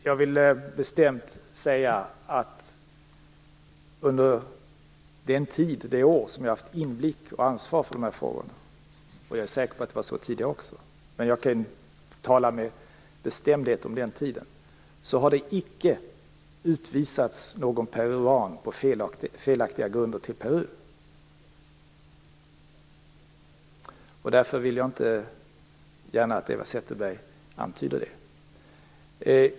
Fru talman! Jag vill bestämt säga att under den tid, det år, då jag har haft inblick i och ansvar för de här frågorna - jag är säker på att det var så tidigare också, men jag kan tala med bestämdhet om den tiden - har det icke utvisats någon peruan till Peru på felaktiga grunder. Därför vill jag inte gärna att Eva Zetterberg antyder det.